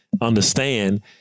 understand